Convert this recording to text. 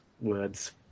words